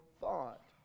Thought